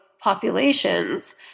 populations